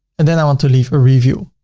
and then i want to leave a review.